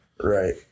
Right